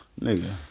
Nigga